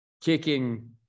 kicking